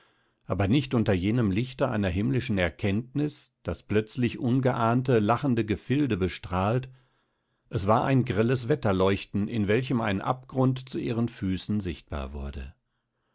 aber nicht unter jenem lichte einer himmlischen erkenntnis das plötzlich ungeahnte lachende gefilde bestrahlt es war ein grelles wetterleuchten in welchem ein abgrund zu ihren füßen sichtbar wurde